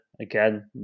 again